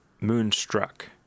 Moonstruck